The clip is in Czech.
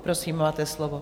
Prosím, máte slovo.